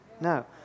No